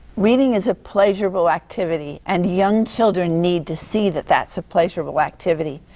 reading is a pleasurable activity. and young children need to see that that's a pleasurable activity.